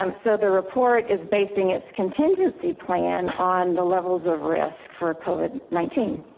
um so the report is basing its contingency plan on the levels of risk for covid nineteen.